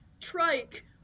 trike